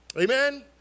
Amen